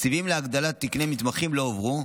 תקציבים להגדלת תקני מתמחים לא הועברו,